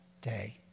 day